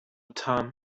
tom